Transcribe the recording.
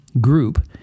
group